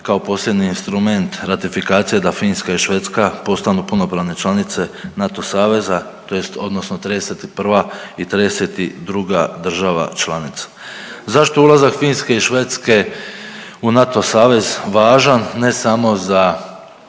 kao posljednji instrument ratifikacije da Finska i Švedska postanu punopravne članice NATO saveza, tj. odnosno 31. i 32. država članica. Zašto ulazak Finske i Švedske u NATO savez važan, ne samo za